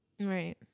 Right